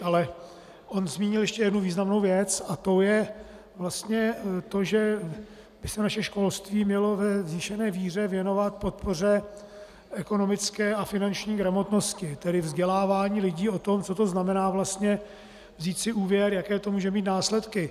Ale on zmínil ještě jednu významnou věc a tou je vlastně to, že by se naše školství mělo ve zvýšené míře věnovat podpoře ekonomické a finanční gramotnosti, tedy vzdělávání lidí o tom, co to znamená vlastně vzít si úvěr, jaké to může mít následky.